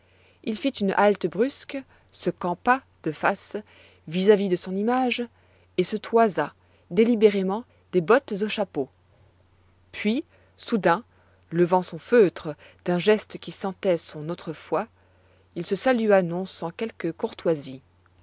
il fit une halte brusque se campa de face vis-à-vis de son image et se toisa délibérément des bottes au chapeau puis soudain levant son feutre d'un geste qui sentait son autrefois il se salua non sans quelque courtoisie